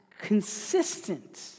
consistent